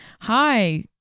hi